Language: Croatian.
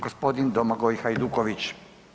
Gospodin Domagoj Hajduković.